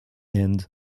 end